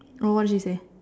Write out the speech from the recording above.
oh what did she say